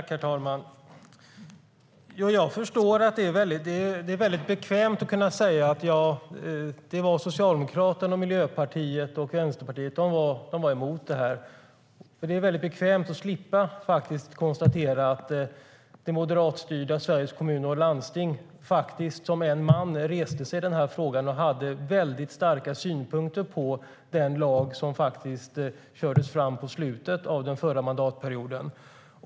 Herr talman! Jag förstår att det är väldigt bekvämt att kunna säga att det var Socialdemokraterna, Miljöpartiet och Vänsterpartiet som var emot det här. Det är väldigt bekvämt att slippa konstatera att det moderatstyrda Sveriges Kommuner och Landsting faktiskt reste sig som en man i den här frågan och hade väldigt starka synpunkter på den lag som kördes fram i slutet av den förra mandatperioden.